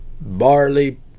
barley